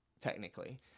technically